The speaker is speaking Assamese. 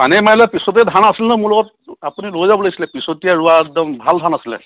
পানীয়ে মাৰিলে পিছতে ধান আছিল ন মোৰ লগত আপুনি লৈ যাব লাগিছিলে পিছতীয়া ৰোৱা একদম ভাল ধান আছিলে